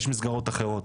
יש מסגרות אחרות.